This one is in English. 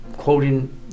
quoting